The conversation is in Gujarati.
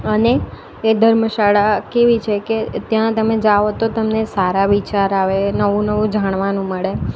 અને એ ધર્મશાળા કેવી છે કે ત્યાં તમે જાઓ તો તમને સારા વિચાર આવે નવું નવું જાણવાનું મળે